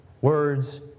Words